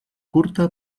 curta